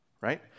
right